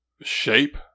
shape